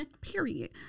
Period